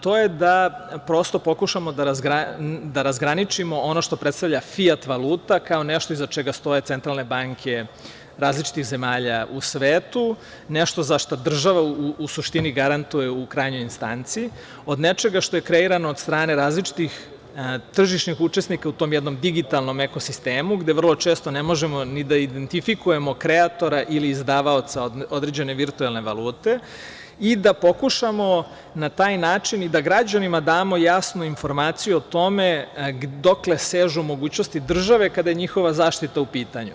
To je da, prosto, pokušamo da razgraničimo ono što predstavlja fiat valuta kao nešto iza čega stoje centralne banke različitih zemalja u svetu, nešto za šta država u suštini garantuje u krajnjoj instanci, od nečega što je kreirano od strane različitih tržišnih učesnika u tom jednom digitalnom ekosistemu, gde vrlo često ne možemo ni da identifikujemo kreatora ili izdavaoca određene virtuelne valute i da pokušamo na taj način i da građanima damo jednu jasnu informaciju o tome dokle sežu mogućnosti države kada je njihova zaštita u pitanju.